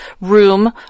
room